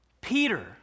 Peter